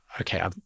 okay